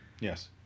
Yes